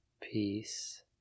Peace